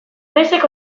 naizek